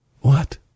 What